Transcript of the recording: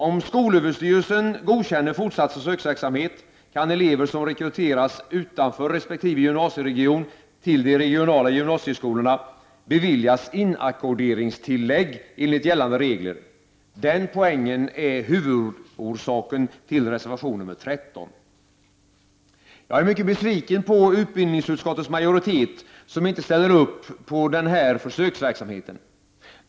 Om skolöverstyrelsen godkänner fortsatt försöksverksamhet kan elever som rekryteras utanför resp. gymnasieregion till de regionala gymnasieskolorna beviljas inackorderingstillägg enligt gällande regler. Den poängen är huvudorsaken till reservation nr 13. Jag är mycket besviken på utbildningsutskottets majoritet som inte ställer upp på den här försöksverksamheten.